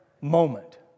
moment